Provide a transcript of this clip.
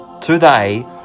today